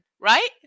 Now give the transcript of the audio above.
right